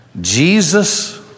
Jesus